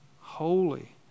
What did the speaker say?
holy